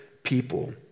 People